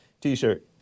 T-shirt